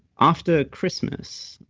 after christmas,